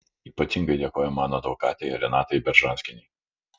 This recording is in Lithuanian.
ypatingai dėkoju mano advokatei renatai beržanskienei